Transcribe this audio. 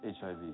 HIV